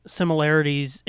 similarities